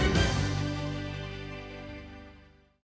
Дякую,